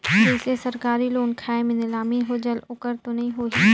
जैसे सरकारी लोन खाय मे नीलामी हो जायेल ओकर तो नइ होही?